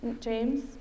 James